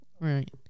Right